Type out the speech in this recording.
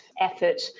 effort